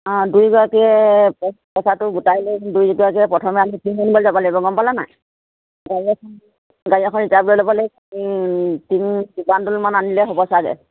অঁ দুইগৰাকীয়ে পইচাটো গোটাই লৈ দুই এগৰাকীয়ে প্ৰথমে আমি যাব লাগিব গম পালা নাই গাড়ী এ গাড়ী আনিলে হ'ব চাগে